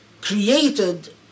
created